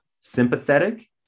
sympathetic